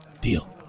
Deal